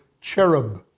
cherub